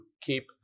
keep